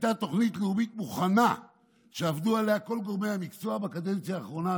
הייתה תוכנית לאומית מוכנה שעבדו עליה כל גורמי המקצוע בקדנציה האחרונה,